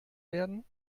werden